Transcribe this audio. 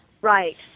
Right